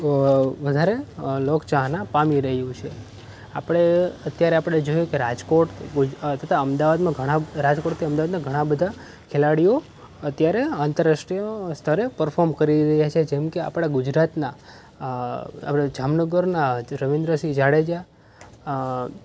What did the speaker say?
વધારે લોક ચાહના પામી રહ્યું છે આપણે અત્યારે આપણે જોઈએ કે રાજકોટ તથા અમદાવાદમાં ઘણાં રાજકોટ કે અમદાવાદના ઘણા બધા ખેલાડીઓ અત્યારે આંતરરાષ્ટ્રીય સ્તરે પરફોર્મ કરી રહ્યા છે જેમ કે આપણા ગુજરાતના આપણે જામનગરના રવિન્દ્રસિંહ જાડેજા